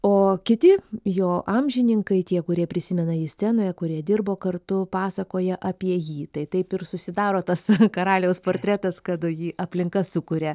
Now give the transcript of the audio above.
o kiti jo amžininkai tie kurie prisimena jį scenoje kurioje dirbo kartu pasakoja apie jį tai taip ir susidaro tas karaliaus portretas kada jį aplinka sukuria